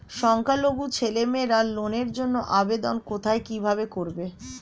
সংখ্যালঘু ছেলেমেয়েরা লোনের জন্য আবেদন কোথায় কিভাবে করবে?